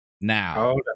Now